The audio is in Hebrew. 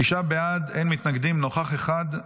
תשעה בעד, אין מתנגדים, נוכח אחד.